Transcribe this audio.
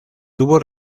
tuvo